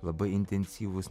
labai intensyvūs